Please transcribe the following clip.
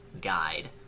guide